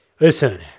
Listen